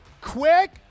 quick